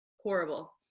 horrible